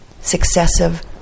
successive